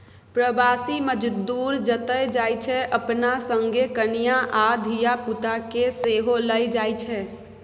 प्रबासी मजदूर जतय जाइ छै अपना संगे कनियाँ आ धिया पुता केँ सेहो लए जाइ छै